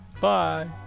Bye